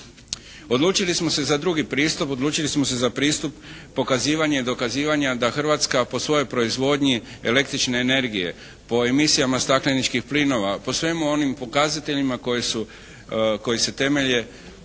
Odlučili smo se za drugi pristup, odlučili smo se za pristup pokazivanje i dokazivanje da Hrvatska po svojoj proizvodnji električne energije, po emisijama stakleničkih plinova, po svim onim pokazateljima koji se temelje